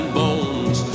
bones